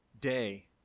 day